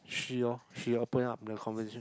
she lor she open up the conversation